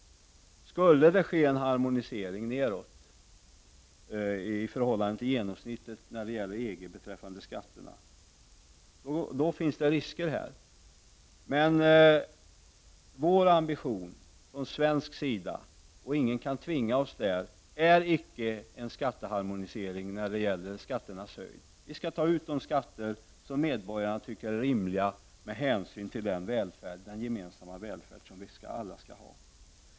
Skulle det när det gäller EG beträffande skatterna bli en harmonisering nedåt i förhållande till genomsnittet finns det risker. Men ambitionen på svensk sida, och ingen kan tvinga oss här, är icke en skatteharmonisering när det gäller skatternas höjd. Vi skall ta ut de skatter som medborgarna tycker är rimliga med hänsyn till den välfärd som alla skall ha.